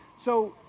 so,